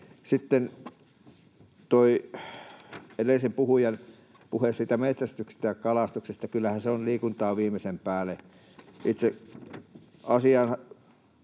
Sitten edellisen puhujan puheeseen metsästyksestä ja kalastuksesta: kyllähän se on liikuntaa viimeisen päälle. Itse asiaa